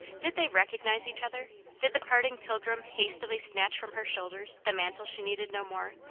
did they re cognize each other did the parting pilgrim hastily snatch from her shoulders the mantle she needed no more,